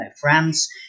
france